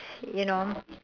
you know